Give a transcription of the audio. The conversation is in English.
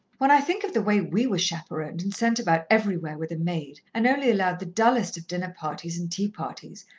when i think of the way we were chaperoned, and sent about everywhere with a maid, and only allowed the dullest of dinner-parties, and tea-parties,